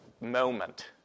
moment